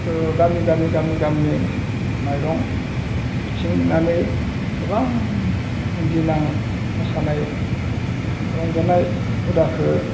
गामि गामि गामि माइरं बिथिंनानै गोबां दिन आं मोसानाय रंजानाय हुदाखौ